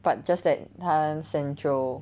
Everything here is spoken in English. but just that 它 central